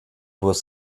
was